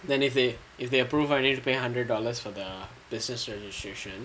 then if they if they approve I need to pay hundred dollars for the business registration